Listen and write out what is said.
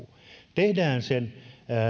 tehdään sen